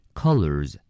colors